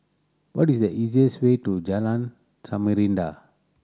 what is the easiest way to Jalan Samarinda